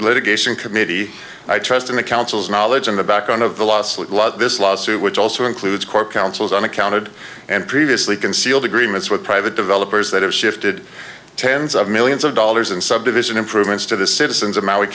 litigation committee i trust in the counsel's knowledge in the background of the lawsuit blood this lawsuit which also includes core counsels on accounted and previously concealed agreements with private developers that have shifted tens of millions of dollars in subdivision improvements to the citizens of maui